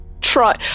try